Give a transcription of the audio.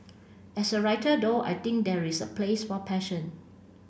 as a writer though I think there is a place for passion